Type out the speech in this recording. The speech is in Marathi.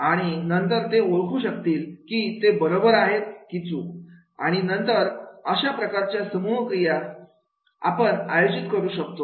आणि नंतर ते ओळखू शकतील की ते बरोबर आहे की चूक आणि नंतर अशा प्रकारची समूह क्रिया आपण आयोजित करू शकतो